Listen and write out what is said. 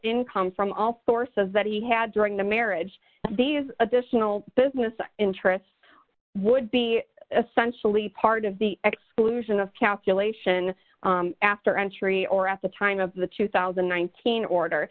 income from all sources that he had during the marriage these additional business interests would be essentially part of the exclusion of calculation after entry or at the time of the two thousand and one teen order